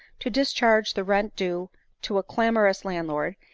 to discharge the rent due to a clamorous landlord,